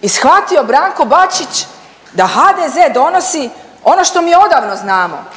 i shvatio Branko Bačić da HDZ donosi ono što mi odavno znamo,